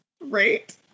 Right